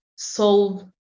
solve